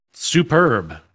superb